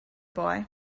boy